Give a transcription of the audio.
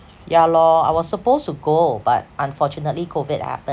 ya lor I was supposed to go but unfortunately COVID happened